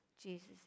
Jesus